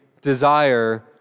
desire